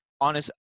honest